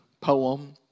poem